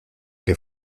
que